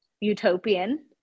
utopian